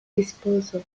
disposal